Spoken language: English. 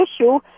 issue